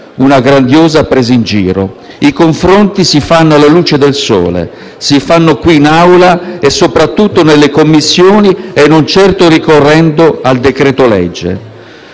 una grandiosa preso in giro. I confronti si fanno alla luce del sole, si fanno qui in Aula e soprattutto nelle Commissioni e non certo ricorrendo al decreto-legge.